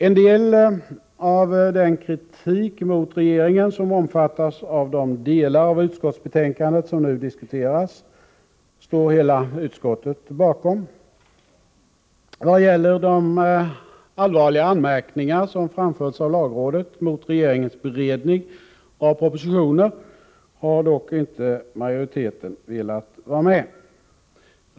En del av den kritik mot regeringen som omfattas av de delar av utskottsbetänkandet som nu diskuteras står hela utskottet bakom. Vad gäller de allvarliga anmärkningar som framförts av lagrådet mot regeringens beredning av propositioner har dock inte majoriteten velat vara med.